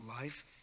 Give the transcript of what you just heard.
life